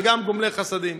וגם גומלי חסדים.